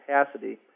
capacity